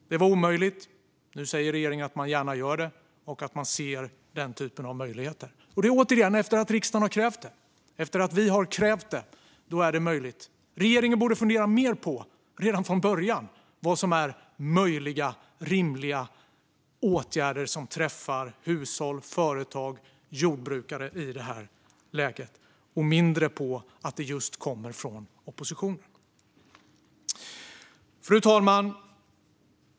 Det var omöjligt. Nu säger regeringen att man gärna gör det och att man ser den typen av möjligheter. Det är återigen efter att riksdagen har krävt det. Efter att vi har krävt det är det möjligt. Regeringen borde redan från början fundera mer på vad som är möjliga, rimliga åtgärder som träffar hushåll, företag och jordbrukare i detta läge och mindre på att de kommer från oppositionen. Fru talman!